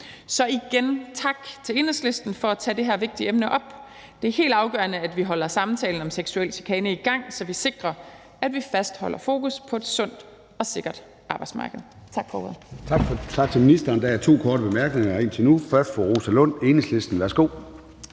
sige tak til Enhedslisten for at tage det her vigtige emne op. Det er helt afgørende, at vi holder samtalen om seksuel chikane i gang, så vi sikrer, at vi fastholder fokus på et sundt og sikkert arbejdsmarked.